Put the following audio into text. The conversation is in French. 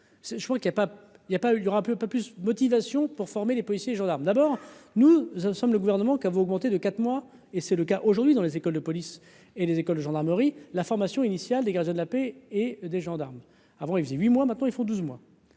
il aura un peu, un peu plus motivation pour former les policiers et gendarmes, d'abord, nous sommes le gouvernement qui avait augmenté de 4 mois et c'est le cas aujourd'hui dans les écoles de police et les écoles de gendarmerie, la formation initiale des gardiens de la paix et des gendarmes avant il faisait 8 mois maintenant, il faut 12 mois.